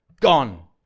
Gone